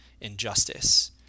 injustice